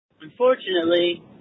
Unfortunately